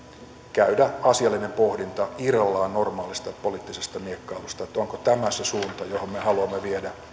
käydä asiallinen pohdinta irrallaan normaalista poliittisesta miekkailusta siitä onko tämä se suunta johon me haluamme viedä